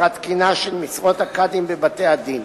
התקינה של משרות הקאדים בבתי-הדין.